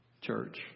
Church